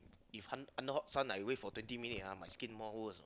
if under hot sun I wait for twenty minutes ah my skin more worse orh